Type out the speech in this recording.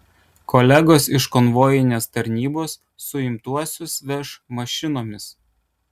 kolegos iš konvojinės tarnybos suimtuosius veš mašinomis